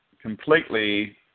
completely